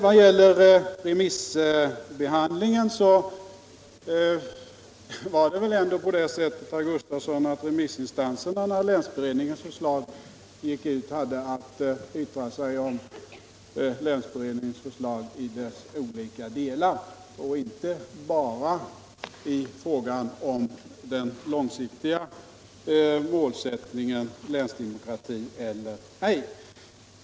Vad gäller remissbehandlingen hade väl, herr Gustafsson i Ronneby, remissinstanserna att yttra sig om länsberedningens förslag i dess olika delar och inte bara om den långsiktiga målsättningen — länsdemokrati eller inte länsdemokrati.